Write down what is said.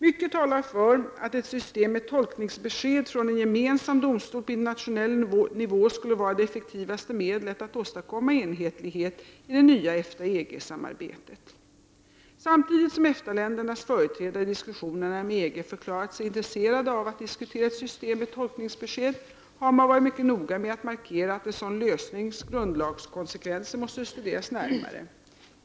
Mycket talar för att ett system med tolkningsbesked från en gemensam domstol på internationell nivå skulle vara det effektivaste medlet att åstadkomma enhetlighet i det nya EFTA —EG-samarbetet. Samtidigt som EFTA-ländernas företrädare i diskussionerna med EG förklarat sig intresserade av att diskutera ett system med tolkningsbesked har man varit mycket noga med att markera att en sådan lösnings grundlagskonsekvenser måste studeras närmare.